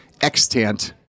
extant